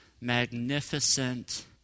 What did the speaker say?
Magnificent